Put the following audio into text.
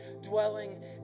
dwelling